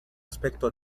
aspecto